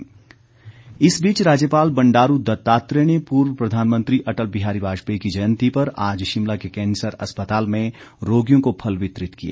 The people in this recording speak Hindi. फल वितरण अटल इस बीच राज्यपाल बंडारू दत्तात्रेय ने पूर्व प्रधानमंत्री अटल बिहारी वाजपेयी की जयंती पर आज शिमला के कैंसर अस्पताल में रोगियों को फल वितरित किए